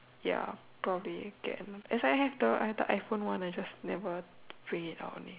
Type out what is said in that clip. ya probably get as I have the I have the iPhone one I just never bring it out only